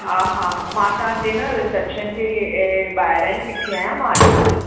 हा हा मां तव्हांजे रिसेप्शन जे ॿाहिरां ई बीठी आहियां मां अचां थी